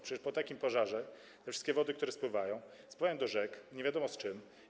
Przecież po takim pożarze te wszystkie wody, które spływają, wpływają do rzek nie wiadomo z czym.